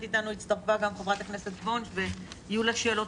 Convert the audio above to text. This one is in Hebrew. הצטרפה אלינו חברת הכנסת וונש ויהיו לה שאלות.